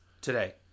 today